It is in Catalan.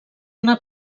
una